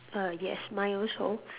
err yes mine also